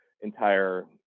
entire